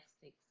six